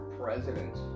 president